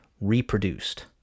reproduced